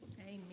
Amen